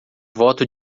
voto